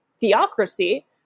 theocracy